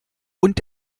und